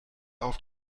auf